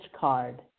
card